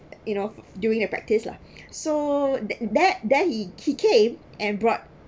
you know during the practice lah so that that that he he came and brought